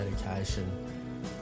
medication